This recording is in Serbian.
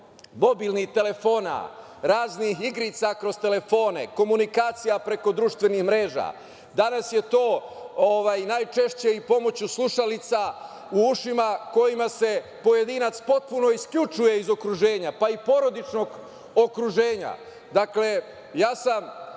mobilnih telefona, raznih igrica kroz telefone, komunikacija preko društvenih mreža. Danas je to najčešće i pomoću slušalica u ušima kojima se pojedinac potpuno isključuje iz okruženja, pa i porodičnog okruženja. Dakle, ja sam